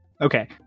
Okay